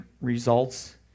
results